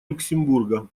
люксембурга